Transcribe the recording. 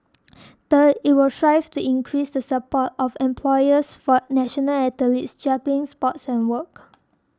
third it will strive to increase the support of employers for national athletes juggling sports and work